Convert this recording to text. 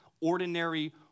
ordinary